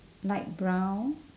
light brown